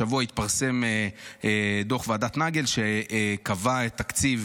השבוע התפרסם דוח ועדת נגל, שקבע את תקציב